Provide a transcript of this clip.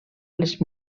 les